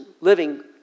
living